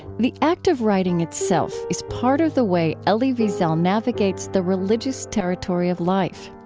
the act of writing itself is part of the way elie wiesel navigates the religious territory of life.